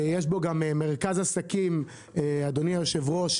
יש בו גם מרכז עסקים, אדוני היו"ר,